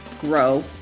grow